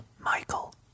Michael